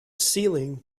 ceiling